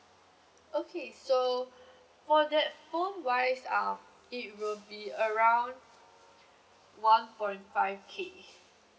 okay so for that phone wise um it will be around one point five K